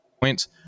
points